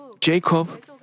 Jacob